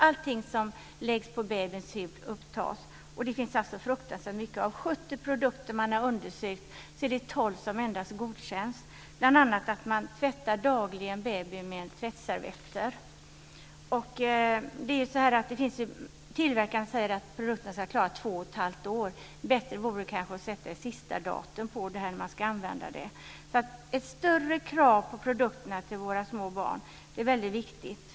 Allting som läggs på babyns hud tas upp. Det finns alltså fruktansvärt mycket. Av 70 produkter som man har undersökt är det endast 12 som godkänts. Ett exempel är att man dagligen tvättar babyn med tvättservetter. Tillverkaren säger att produkten ska klara två och ett halvt år. Bättre vore kanske att sätta ett datum för sista dagen man bör använda dem. Ett större krav på produkterna till våra små barn är väldigt viktigt.